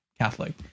Catholic